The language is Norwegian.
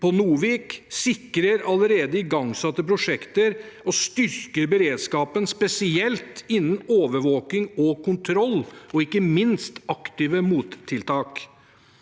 på Novik, sikrer allerede igangsatte prosjekter og styrker beredskapen, spesielt innen overvåking og kontroll, og ikke minst aktive mottiltak.